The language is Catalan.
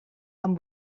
amb